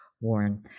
Warren